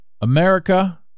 America